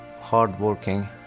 hardworking